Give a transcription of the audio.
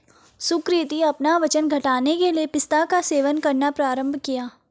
सुकृति अपना वजन घटाने के लिए पिस्ता का सेवन करना प्रारंभ किया